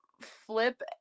flip